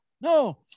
no